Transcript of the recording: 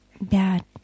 bad